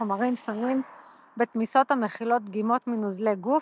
חומרים שונים בתמיסות המכילות דגימות מנוזלי גוף,